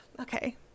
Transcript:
okay